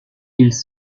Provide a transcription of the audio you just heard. ils